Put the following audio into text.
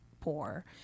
poor